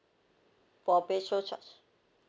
for petrol charge